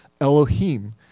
Elohim